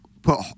put